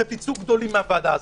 אתם תצאו גדולים מהוועדה הזאת.